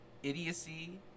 idiocy